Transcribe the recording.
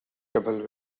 double